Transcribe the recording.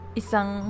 isang